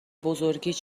بزرگیت